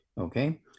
Okay